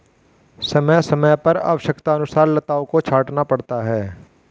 समय समय पर आवश्यकतानुसार लताओं को छांटना पड़ता है